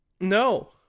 No